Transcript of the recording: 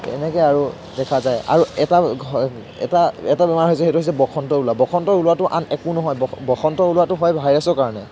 এনেকৈ আৰু দেখা যায় আৰু এটা এটা এটা বেমাৰ হৈছে সেইটো হৈছে বসন্ত ওলোৱা বসন্ত ওলোৱাটো আন একো নহয় বস বসন্ত ওলোৱাটো হয় ভাইৰাছৰ কাৰণে